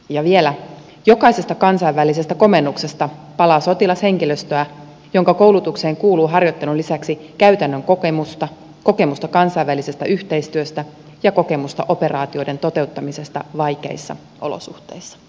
ja vielä jokaisesta kansainvälisestä komennuksesta palaa sotilashenkilöstöä jonka koulutukseen kuuluu harjoittelun lisäksi käytännön kokemusta kokemusta kansainvälisestä yhteistyöstä ja kokemusta operaatioiden toteuttamisesta vaikeissa olosuhteissa